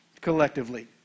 collectively